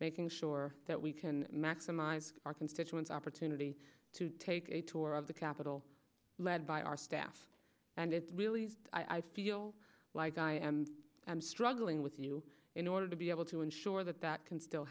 making sure that we can maximize our constituents opportunity to take a tour of the capital led by our staff and it's really i feel like i am i'm struggling with you in order to be able to ensure that that can still